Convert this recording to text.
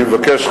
אני מבקש,